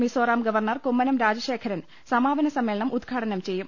Mizoram governor Kummanam Rajasekharan സമാപന സമ്മേളനം ഉദ്ഘാടനം ചെയ്യും